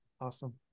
Awesome